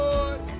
Lord